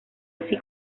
así